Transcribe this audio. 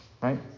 right